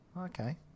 Okay